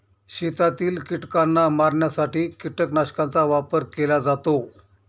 शेतातील कीटकांना मारण्यासाठी कीटकनाशकांचा वापर केला जातो